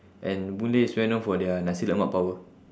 and boon lay is very known for their nasi lemak power